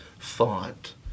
thought